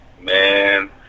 Man